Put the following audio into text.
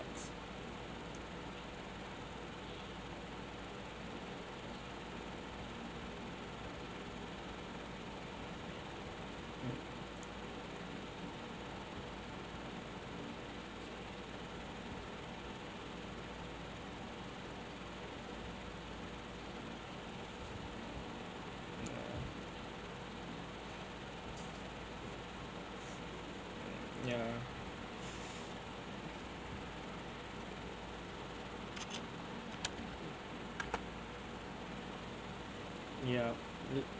ya ya